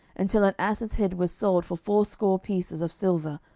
until an ass's head was sold for fourscore pieces of silver,